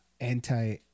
anti